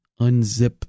unzip